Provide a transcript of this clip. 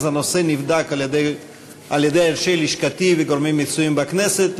הנושא נבדק על-ידי אנשי לשכתי וגורמים המצויים בכנסת,